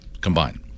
combined